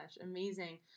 Amazing